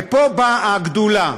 ופה באה הגדוּלה: